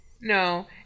No